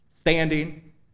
standing